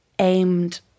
Aimed